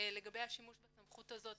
לגבי השימוש בסמכות הזאת